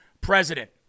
president